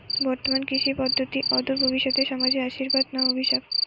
বর্তমান কৃষি পদ্ধতি অদূর ভবিষ্যতে সমাজে আশীর্বাদ না অভিশাপ?